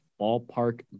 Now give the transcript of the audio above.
ballpark